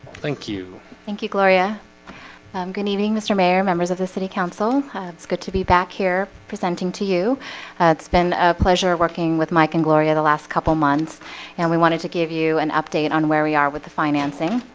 thank you thank you, gloria um good evening, mr. mayor members of the city council. it's good to be back here presenting to you it's been a pleasure working with mike and gloria the last couple months and we wanted to give you an and update on where we are with the financing